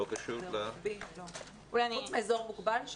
אזור מוגבל,